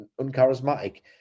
uncharismatic